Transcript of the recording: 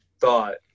thought